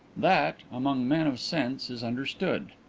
that, among men of sense, is understood.